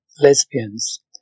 Lesbians